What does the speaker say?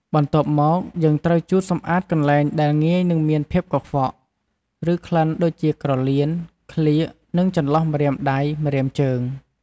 បន្ទាប់មកយើងត្រូវជូតសម្អាតកន្លែងដែលងាយនឹងមានភាពកខ្វក់ ឬក្លិនដូចជា ក្រលៀន ក្លៀក និងចន្លោះម្រាមដៃ ម្រាមជើង។